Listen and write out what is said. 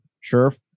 Sheriff